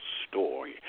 story